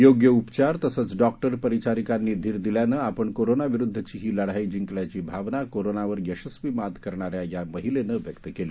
योग्य उपचार तसंच डॉक्टर परिचारिकांनी धीर दिल्यानं आपण कोरोनाविरुध्दची ही लढाई जिंकल्याची भावना कोरोनावर यशस्वी मात करणाऱ्या या महिलेनं व्यक्त केली